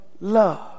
love